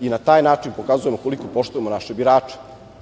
i na taj način pokazujemo koliko poštujemo naše birače. Zato